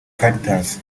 caritas